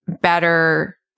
better